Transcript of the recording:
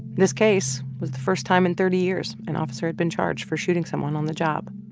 this case was the first time in thirty years an officer had been charged for shooting someone on the job.